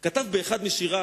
כתב באחד משיריו,